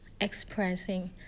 Expressing